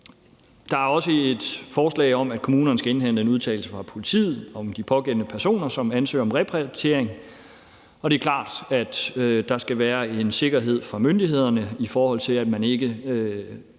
Der er også et forslag om, at kommunerne skal indhente en udtalelse fra politiet om de pågældende personer, som ansøger om repatriering, og det er klart, at der skal være en sikkerhed fra myndighederne, i forhold til at man ikke